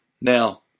Now